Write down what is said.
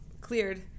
cleared